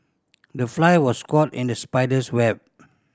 the fly was caught in the spider's web